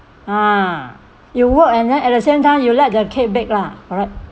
ah you work and then at the same time you let the cake bake lah correct